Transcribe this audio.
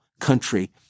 country